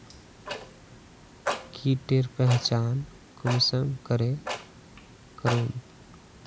कीटेर पहचान कुंसम करे करूम?